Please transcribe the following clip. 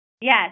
Yes